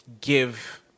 give